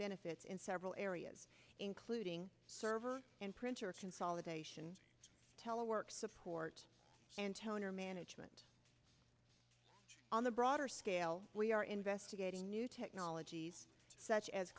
benefits in several areas including server and printer consolidation telework support and toner management on the broader scale we are investigating new technologies such as